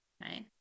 right